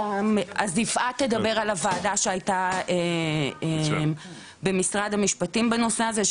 אז יפעת תדבר על הוועדה שהייתה במשרד המשפטים בנושא הזה,